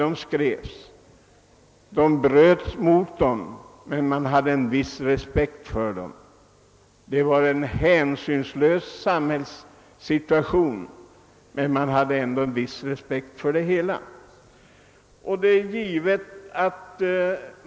Man bröt visserligen mot dem, men man hade en viss respekt för dem. Man var hänsynslös, men man visade ändå som sagt en viss respekt.